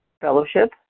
fellowship